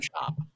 shop